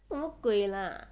什么鬼 lah